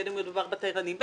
בין אם מדובר בתיירנים,